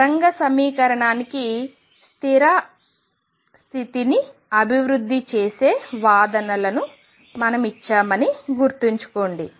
తరంగ సమీకరణానికి స్థిర స్థితిని అభివృద్ధి చేసే వాదనలను మనం ఇచ్చామని గుర్తుంచుకోండి